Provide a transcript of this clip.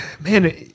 man